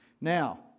Now